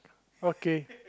okay